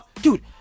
Dude